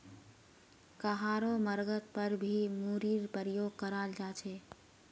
कहारो मर्गत पर भी मूरीर प्रयोग कराल जा छे